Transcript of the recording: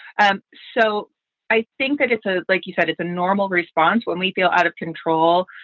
and so i think that it's ah like you said, it's a normal response when we feel out of control.